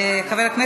כל הכבוד.